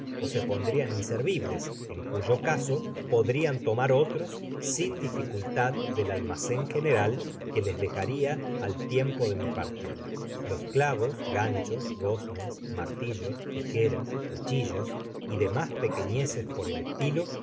ó se pondrian inservibles en cuyo caso podrian tomar otros sin dificultad del almacen general que les dejaria al tiempo de mi partida los clavos ganchos goznes martillos tijeras cuchillos y demas pequeneces por el estilo